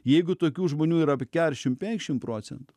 jeigu tokių žmonių yra apie keršim penkšim procentų